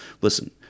Listen